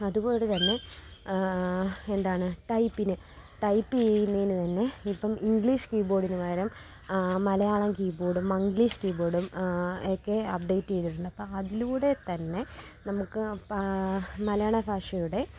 അതുപോലെ തന്നെ എന്താണ് ടൈപ്പിന് ടൈപ്പീയ്യുന്നതിന് തന്നെ ഇപ്പോള് ഇംഗ്ലീഷ് കീബോര്ഡിന് പകരം മലയാളം കീബോര്ഡും മംഗ്ലീഷ് കീബോര്ഡും ഒക്കെ അപ്ഡേറ്റ് ചെയ്തിട്ടുണ്ട് അപ്പോള് അതിലൂടെ തന്നെ നമുക്ക് മലയാള ഭാഷയുടെ